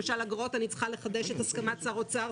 למשל לגבי אגרות אני צריכה לחדש את הסכמת שר האוצר,